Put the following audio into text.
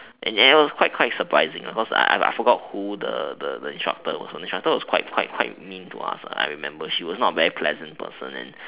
and it was quite quite surprising cause I I forgot who the the instructor was the instructor was quite quite quite mean to us I remember she was not very pleasant person and